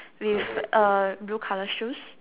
with a blue colour shoes